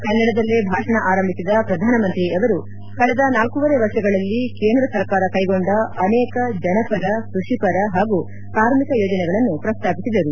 ಕನ್ನಡದಲ್ಲೇ ಭಾಷಣ ಆರಂಭಿಸಿದ ಪ್ರಧಾನಮಂತ್ರಿ ಅವರು ಕಳೆದ ನಾಲ್ಡೂವರೆ ವರ್ಷಗಳಲ್ಲಿ ಕೇಂದ್ರ ಸರ್ಕಾರ ಕೈಗೊಂಡ ಅನೇಕ ಜನಪರ ಕೃಷಿಪರ ಹಾಗೂ ಕಾರ್ಮಿಕ ಯೋಜನೆಗಳನ್ನು ಪ್ರಸ್ತಾಪಿಸಿದರು